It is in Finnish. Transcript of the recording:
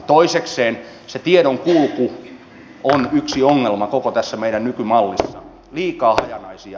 toisekseen se tiedonkulku on yksi ongelma koko tässä meidän nykymallissamme